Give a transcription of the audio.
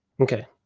Okay